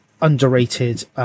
underrated